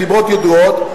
מסיבות ידועות,